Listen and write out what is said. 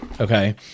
Okay